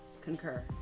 concur